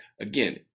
again